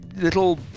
little